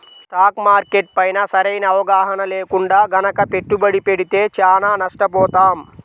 stock market పైన సరైన అవగాహన లేకుండా గనక పెట్టుబడి పెడితే చానా నష్టపోతాం